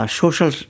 social